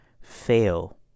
fail